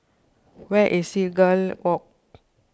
where is Seagull Walk